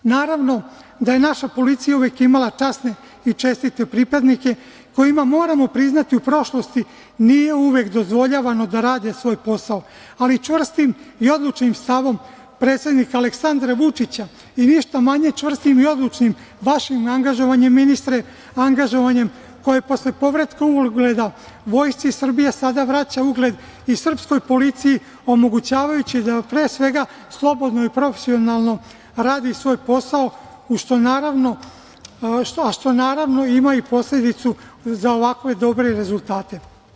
Naravno da je naša policija uvek imala časne i čestite pripadnike kojima moramo priznati, u prošlosti nije uvek dozvoljavano da rade svoj posao, ali čvrstim i odlučnim stavom predsednika Aleksandra Vučića i ništa manje čvrstim i odlučnim vašim angažovanjem ministre, koje posle povratka ugleda Vojske Srbije sada vraća ugled i srpskoj policiji, omogućavajući da pre svega slobodno i profesionalno radi svoj posao, a što naravno ima i posledicu za ovako dobre rezultate.